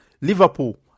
Liverpool